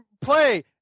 play